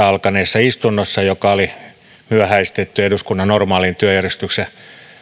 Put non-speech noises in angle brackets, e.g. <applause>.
<unintelligible> alkaneessa istunnossa joka oli myöhästetty eduskunnan normaalin työjärjestyksen